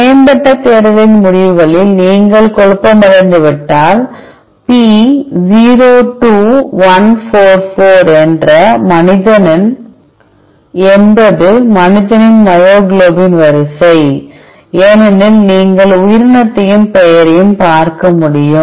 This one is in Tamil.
மேம்பட்ட தேடலின் முடிவுகளில் நீங்கள் குழப்பமடைந்துவிட்டால் P02144 என்பது மனிதனின் மயோகுளோபின் வரிசை ஏனெனில் நீங்கள் உயிரினத்தையும் பெயரையும் பார்க்க முடியும்